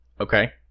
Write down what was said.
Okay